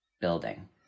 building